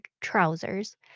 trousers